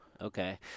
Okay